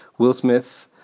will smith,